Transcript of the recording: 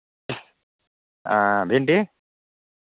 आ भिण्डी